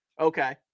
Okay